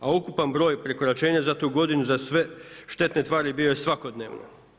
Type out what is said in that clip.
A ukupan broj prekoračenja za tu godinu za sve štetne tvari bio je svakodnevno.